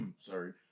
sorry